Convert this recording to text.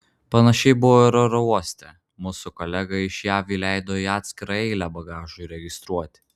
panašiai buvo ir oro uoste mus su kolega iš jav įleido į atskirą eilę bagažui registruoti